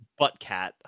Buttcat